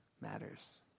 matters